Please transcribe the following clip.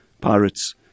Pirates